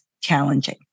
challenging